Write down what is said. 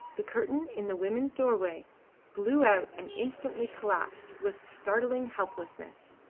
the curtain in the women's doorway blew out and instantly collapsed with startling helplessness.